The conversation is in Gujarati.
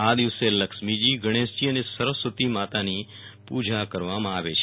આ દિવસે લક્ષ્મીજી ગણેશજી અને સરસ્વતીમાતાની પૂજા કરવામાં આવે છે